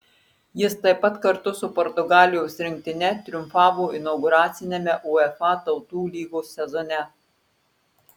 jis taip pat kartu su portugalijos rinktine triumfavo inauguraciniame uefa tautų lygos sezone